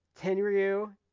Tenryu